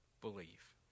believe